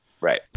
right